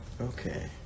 Okay